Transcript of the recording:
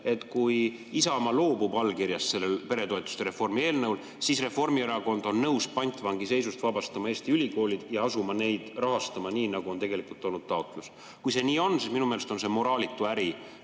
et kui Isamaa loobub allkirjadest peretoetuste reformi eelnõul, siis Reformierakond on nõus pantvangiseisust vabastama Eesti ülikoolid ja asuma neid rahastama nii, nagu on tegelikult olnud taotlus. Kui see nii on, siis minu meelest on see moraalitu äri,